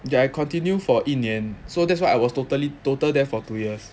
yeah I continue for 一年 so that's what I was totally total there for two years